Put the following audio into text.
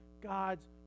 God's